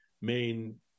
main